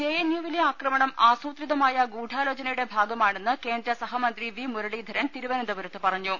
J N U വിലെ ആക്രമണം ആസൂത്രിതമായ ഗൂഢാലോ ചനയുടെ ഭാഗമാണെന്ന് കേന്ദ്ര സഹമന്ത്രി വി മുരളീധരൻ തിരു വനന്തപുരത്ത് പറഞ്ഞു